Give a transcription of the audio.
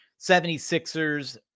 76ers